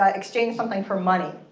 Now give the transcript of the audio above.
ah exchange something for money.